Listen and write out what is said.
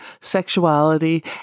sexuality